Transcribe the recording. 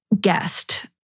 guest